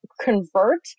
convert